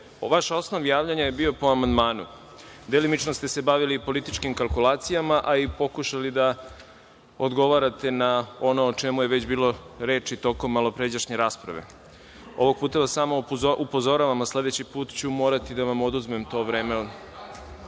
vaš osnov javljanja bio je po amandmanu. Delimično ste se bavili političkim kalkulacijama, a i pokušali da odgovarate na ono o čemu je već bilo reči tokom malopređašnje rasprave. Ovog puta vas samo upozoravam, a sledeći put ću morati da vam oduzmem to vreme.(Saša